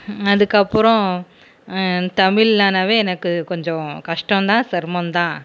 அதுக்கப்பறம் தமிழ் ஆனாவே எனக்கு கொஞ்சம் கஷ்டம் தான் சிர்மம் தான்